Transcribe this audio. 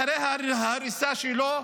אחרי ההריסה שלו,